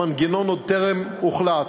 המנגנון עוד טרם הוחלט,